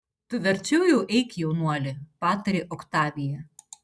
tu verčiau jau eik jaunuoli patarė oktavija